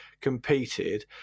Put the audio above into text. competed